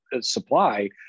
supply